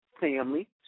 family